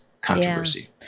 controversy